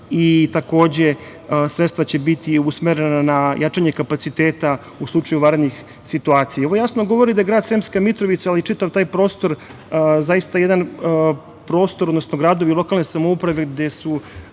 i takođe sredstva će biti usmerena na jačanje kapaciteta u slučaju vanrednih situacija. Ovo jasno govori da grad Sremska Mitrovica, ali i čitav taj prostor, zaista jedan prostor, odnosno gradovi i lokalne samouprave, gde su